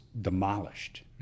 demolished